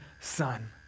son